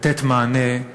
לתת מענה על